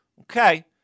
Okay